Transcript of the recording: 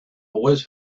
always